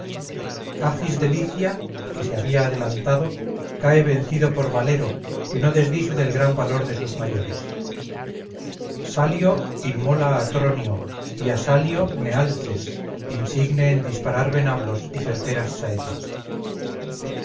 de licia que se había adelantado cae vencido por valero que no desdice del gran valor de sus mayores salio inmola a tronio y a salio nealces insigne en disparar venablos y certeras saetas